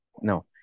No